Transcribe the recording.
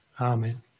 Amen